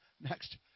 Next